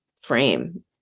frame